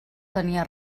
tenia